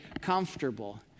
comfortable